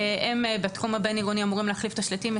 הם בתחום הבין עירוני אמורים להחליף את השלטים.